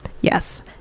Yes